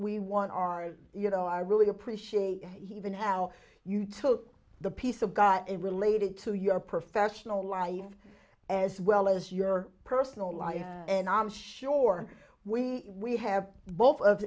we want our you know i really appreciate even how you took the piece of got it related to your professional life as well as your personal life and i'm sure we we have both of